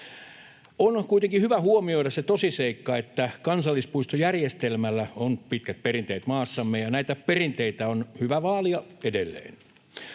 On kuitenkin hyvä huomioida se tosiseikka, että kansallispuistojärjestelmällä on pitkät perinteet maassamme, ja näitä perinteitä on hyvä vaalia edelleen.